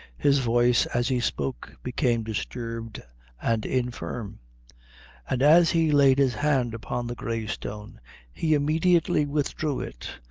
his voice, as he spoke, became disturbed and infirm and as he laid his hand upon the grey stone he immediately withdrew it,